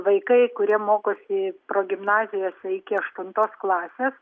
vaikai kurie mokosi progimnazijose iki aštuntos klasės